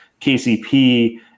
KCP